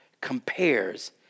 compares